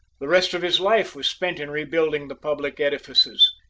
the rest of his life was spent in rebuilding the public edifices,